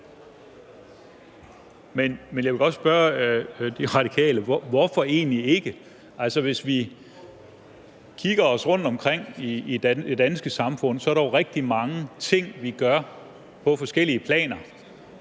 Men jeg vil godt spørge De Radikale: Hvorfor egentlig ikke? Altså, hvis vi kigger rundtomkring i det danske samfund, er der jo rigtig mange ting, vi gør på forskellige planer.